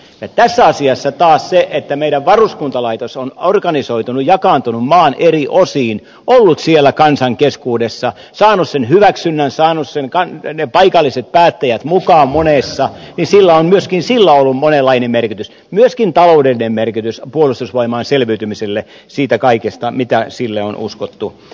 tässä asiassa taas sillä että meidän varuskuntalaitos on organisoitunut jakaantunut maan eri osiin ollut siellä kansan keskuudessa saanut sen hyväksynnän saanut ne paikalliset päättäjät mukaan monessa on myöskin ollut monenlainen merkitys myöskin taloudellinen merkitys puolustusvoimain selviytymiselle siitä kaikesta mitä sille on uskottu